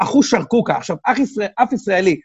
אחו שרקוקה, עכשיו, אף ישראלי.